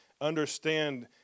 understand